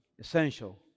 essential